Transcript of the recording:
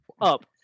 Up